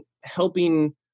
helping